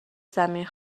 زمین